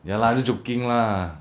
ya lah just joking lah